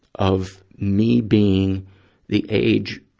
of me being the age,